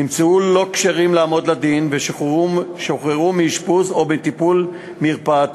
נמצאו לא כשירים לעמוד לדין ושוחררו מאשפוז או נשלחו לטיפול מרפאתי.